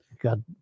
God